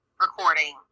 recording